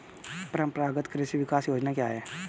परंपरागत कृषि विकास योजना क्या है?